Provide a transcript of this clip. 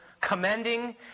commending